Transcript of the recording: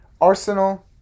Arsenal